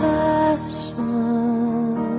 passion